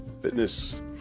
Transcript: fitness